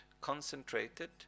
concentrated